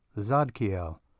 Zadkiel